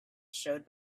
showed